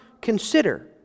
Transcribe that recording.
consider